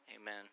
amen